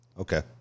okay